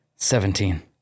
Seventeen